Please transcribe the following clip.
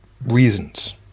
reasons